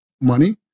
money